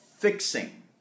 fixing